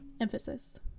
Emphasis